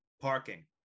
Parking